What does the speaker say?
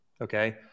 Okay